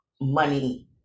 money